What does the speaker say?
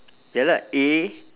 ya lah A